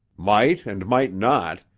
might and might not,